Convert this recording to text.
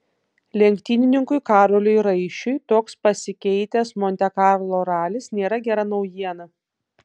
lenktynininkui karoliui raišiui toks pasikeitęs monte karlo ralis nėra gera naujiena